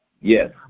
Yes